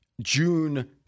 June